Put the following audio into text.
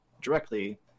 directly